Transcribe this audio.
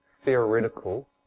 theoretical